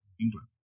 England